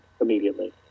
immediately